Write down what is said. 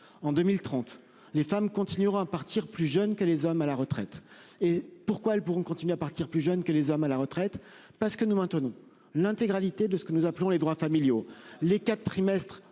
en 2030 les femmes continuera à partir plus jeune que les hommes à la retraite et pourquoi elles pourront continuer à partir plus jeune que les hommes à la retraite parce que nous maintenons l'intégralité de ce que nous appelons les droits familiaux. Les quatre trimestres